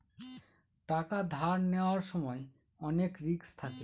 টাকা ধার নেওয়ার সময় অনেক রিস্ক থাকে